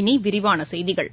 இனி விரிவான செய்திகள்